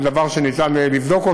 זה דבר שאפשר לבדוק.